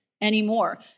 anymore